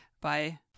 Bye